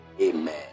Amen